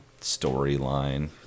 storyline